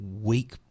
weak